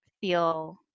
feel